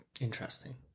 Interesting